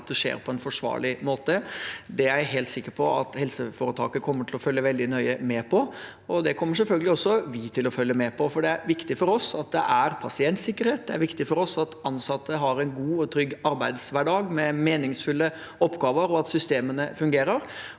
det skjer på en forsvarlig måte. Det er jeg helt sikker på at helseforetaket kommer til å følge veldig nøye med på, og det kommer selvfølgelig også vi til å følge med på, for det er viktig for oss at det er pasi entsikkerhet, det er viktig for oss at ansatte har en god og trygg arbeidshverdag med meningsfulle oppgaver, og at systemene fungerer.